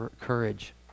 courage